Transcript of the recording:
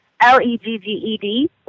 L-E-G-G-E-D